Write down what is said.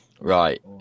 right